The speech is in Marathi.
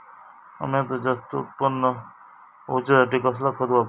अम्याचा जास्त उत्पन्न होवचासाठी कसला खत वापरू?